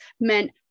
meant